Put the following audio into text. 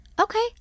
Okay